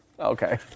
Okay